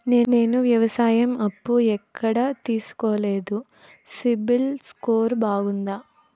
నేను వ్యవసాయం అప్పు ఎక్కడ తీసుకోలేదు, సిబిల్ స్కోరు బాగుందా?